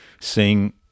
seeing